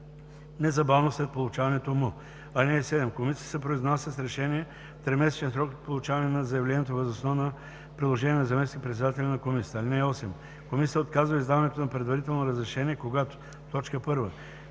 незабавно след получаването му. (7) Комисията се произнася с решение в тримесечен срок от получаване на заявлението въз основа на предложение на заместник-председателя на комисията. (8) Комисията отказва издаването на предварително разрешение, когато: 1.